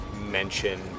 mention